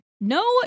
no